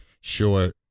Sure